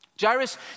Jairus